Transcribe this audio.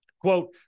quote